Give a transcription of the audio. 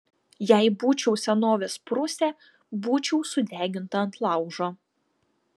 jei būčiau senovės prūsė būčiau sudeginta ant laužo